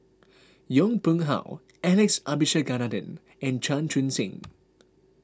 Yong Pung How Alex Abisheganaden and Chan Chun Sing